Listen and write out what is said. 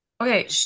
okay